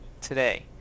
today